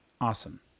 Awesome